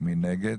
מי נגד?